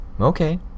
Okay